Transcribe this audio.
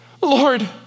Lord